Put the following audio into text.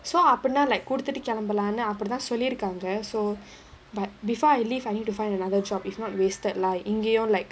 so அப்டினா:apdinaa like குடுத்துட்டு கெளம்பலான்னு அப்படிதா சொல்லிருக்காங்க:kuduthuttu kelambalaanu appadithaa sollirukkaanga so but before I leave I need to find another job if not wasted lah இங்கயும்:ingayum like